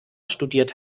studiert